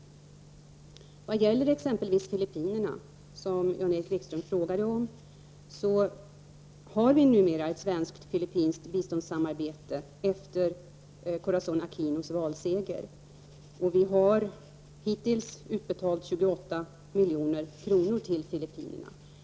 När det gäller exempelvis Filippinerna, som Jan Erik Wikström frågade om, har vi numera efter Corazon Aquinos valseger ett svenskt-filippinskt biståndssamarbete. Vi har hittills utbetalt 28 milj.kr. till Filippinerna.